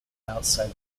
outside